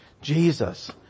Jesus